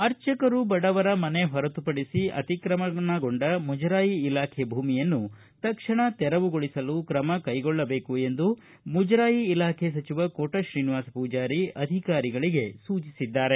ಅರ್ಚಕರು ಬಡವರ ಮನೆ ಹೊರತುಪಡಿಸಿ ಅತಿಕ್ರಮಣಗೊಂಡ ಮುಜರಾಯಿ ಇಲಾಖೆ ಭೂಮಿಯನ್ನು ತಕ್ಷಣ ತೆರವುಗೊಳಿಸಲು ಕ್ರಮ ಕೈಗೊಳ್ಳಬೇಕು ಎಂದು ಮುಜರಾಯಿ ಇಲಾಖೆ ಸಚಿವ ಕೋಟ ಶ್ರೀನಿವಾಸ ಪೂಜಾರಿ ಅಧಿಕಾರಿಗಳಿಗೆ ಸೂಚಿಸಿದ್ದಾರೆ